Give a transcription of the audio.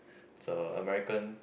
it's a American